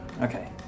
Okay